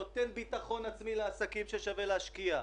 הוא נותן ביטחון עצמי לעסקים, ששווה להשקיע,